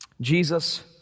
Jesus